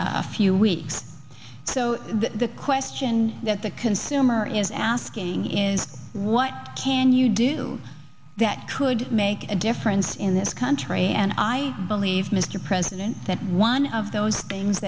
a few weeks so the question that the consumer is asking is what can you do that could make a difference in this country and i believe mr president that one of those things